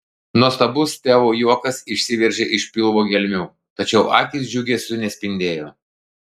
nuostabus teo juokas išsiveržė iš pilvo gelmių tačiau akys džiugesiu nespindėjo